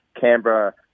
Canberra